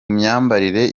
myambarire